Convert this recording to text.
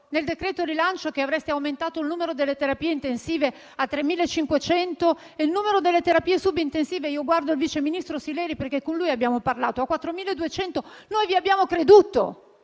decreto rilancio) che avreste aumentato il numero delle terapie intensive a 3.500 e quello delle terapie subintensive (guardo il vice ministro Sileri perché è con lui che abbiamo parlato) a 4.200 noi vi abbiamo creduto.